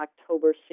October